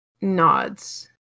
nods